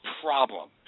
problem